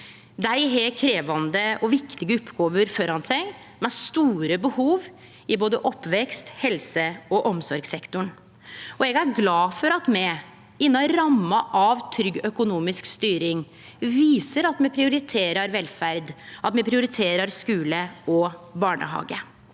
Dei har krevjande og viktige oppgåver framfor seg, med store behov i både oppvekst-, helse- og omsorgssektoren. Eg er glad for at me, innan ramma av trygg økonomisk styring, viser at me prioriterer velferd, at me prioriterer